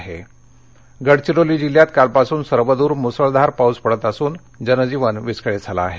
पाउस गडचिरोली गडचिरोली जिल्ह्यात कालपासून सर्वदूर मुसळधार पाऊस पडत असून जनजीवन विस्कळीत झाले आहे